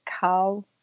cow